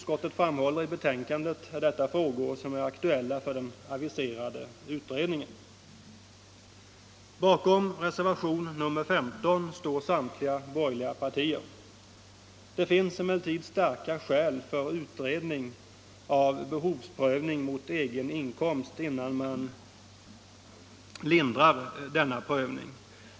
skottet framhåller är detta frågor som är aktuella för den aviserade utredningen. Bakom reservationen 15 står samtliga borgerliga partier. Det finns starka skäl för utredning av behovsprövning mot egen inkomst innan man lindrar den.